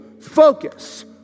focus